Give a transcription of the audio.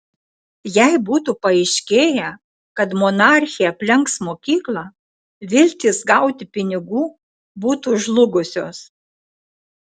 jei būtų paaiškėję kad monarchė aplenks mokyklą viltys gauti pinigų būtų žlugusios